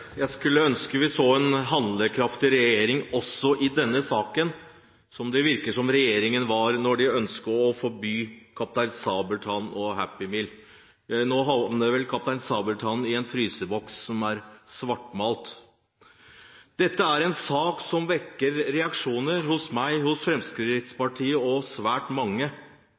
Jeg skulle ønske vi så en handlekraftig regjering i denne saken, slik regjeringen virket da den ønsket å forby reklame for Kaptein Sabeltann-is og Happy Meal. Nå havner vel Kaptein Sabeltann i en fryseboks som er svartmalt. Dette er en sak som vekker reaksjoner hos meg, hos Fremskrittspartiet og hos svært mange.